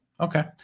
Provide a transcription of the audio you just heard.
okay